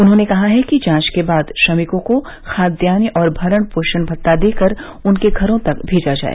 उन्होंने कहा कि जांच के बाद श्रमिकों को खाद्यान्न और भरण पोषण भत्ता देकर उनके घरों तक भेजा जाए